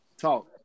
Talk